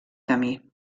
camí